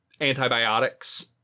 antibiotics